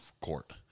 court